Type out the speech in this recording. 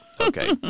Okay